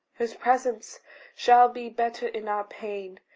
his presence shall be better in our pain,